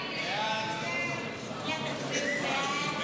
לסעיף 31(ב)